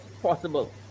possible